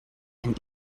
and